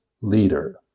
leader